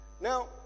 Now